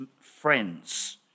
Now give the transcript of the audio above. friends